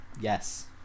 Yes